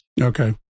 Okay